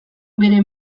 bere